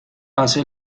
hace